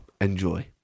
enjoy